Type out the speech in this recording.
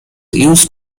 used